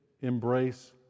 embrace